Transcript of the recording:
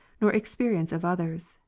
nor experience of others,